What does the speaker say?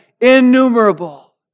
innumerable